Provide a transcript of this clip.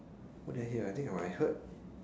what did I hear I think I heard